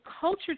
culture